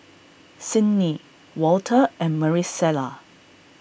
Cydney Walter and Marisela